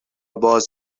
باز